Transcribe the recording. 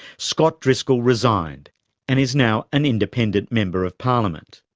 scott driscoll resigned and is now an independent member of parliament.